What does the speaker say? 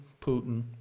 Putin